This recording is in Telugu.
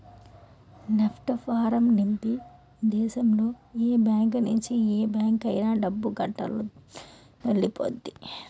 నెఫ్ట్ ఫారం నింపి దేశంలో ఏ బ్యాంకు నుంచి ఏ బ్యాంక్ అయినా డబ్బు గంటలోనెల్లిపొద్ది